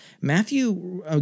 Matthew